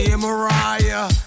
Mariah